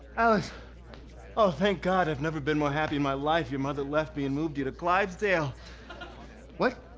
alice oh, thank god. i've never been more happy in my life, your mother left me and moved you to clivesdale what?